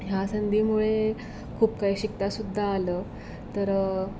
ह्या संधीमुळे खूप काही शिकतासुद्धा आलं तर